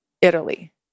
Italy